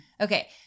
Okay